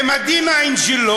עם ה-D9 שלו,